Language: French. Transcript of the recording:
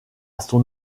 son